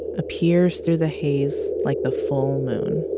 appears through the haze like the full moon